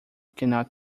cannot